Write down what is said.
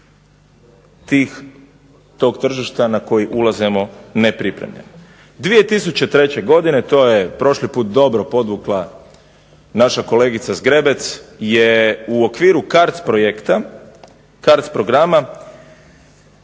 tih, tog tržišta na koji ulazimo nepripremljeni. 2003. godine to je prošli put dobro podvukla naša kolegica Zgrebec je u okviru CARDS projekta, CARDS programa